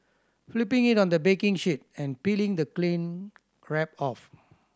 flipping it on the baking sheet and peeling the cling wrap off